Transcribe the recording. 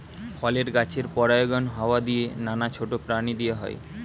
ফলের গাছের পরাগায়ন হাওয়া দিয়ে, নানা ছোট প্রাণী দিয়ে হয়